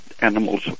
animals